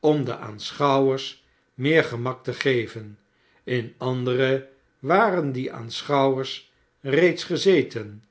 om den aanschouwers meer gemak te geven in andere waren die aanschouwers reeds gezeten